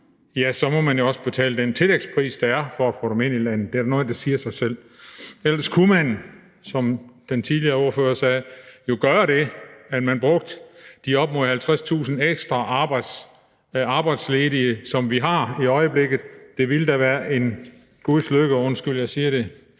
ja, så må man jo også betale den tillægspris, der er for at få dem ind i landet – det er da noget, der siger sig selv. Ellers kunne man, som den tidligere ordfører sagde, jo gøre det, at man brugte de op mod 50.000 ekstra arbejdsledige, som vi har i øjeblikket. Det ville da være en guds lykke, undskyld, jeg siger det